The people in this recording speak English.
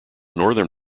northern